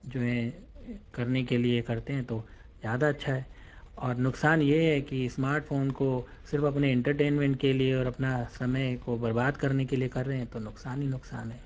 جو ہیں کرنے کے لیے کرتے ہیں تو زیادہ اچھا ہے اور نقصان یہ ہے کہ اسمارٹ فون کو صرف اپنے انٹرٹینمنٹ کے لیے اور اپنا سمے کو برباد کرنے کے لیے کر رہے ہیں تو نقصان ہی نقصان ہے